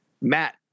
Matt